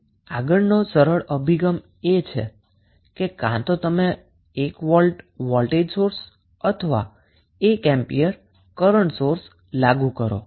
આમ આગળનો સરળ અભિગમ એ છે કે કાં તો તમે 1 વોલ્ટ વોલ્ટેજ સોર્સ અથવા 1 એમ્પીયર કરન્ટ સોર્સ લાગુ કરો